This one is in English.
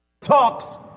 talks